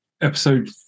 episode